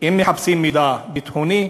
אם מחפשים מידע ביטחוני,